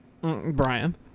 Brian